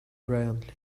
brilliantly